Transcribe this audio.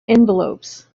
envelopes